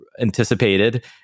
anticipated